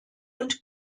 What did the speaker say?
und